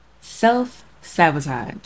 Self-sabotage